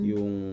Yung